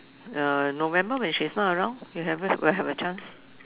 uh November when she is not around we have a we have a chance